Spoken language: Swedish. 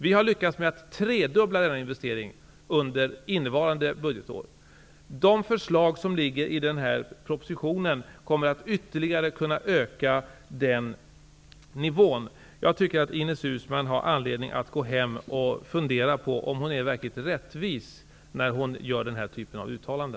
Vi har lyckats med att tredubbla denna investering under innevarande budgetår. De förslag som finns i propositionen kommer att ytterligare öka investeringarna. Jag tycker att Ines Uusmann har anledning att gå hem och fundera på om hon är rättvis när hon gör denna typ av uttalande.